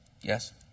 Yes